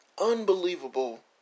unbelievable